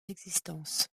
existence